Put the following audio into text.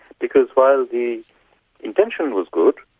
because while the intention was good,